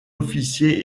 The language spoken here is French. officier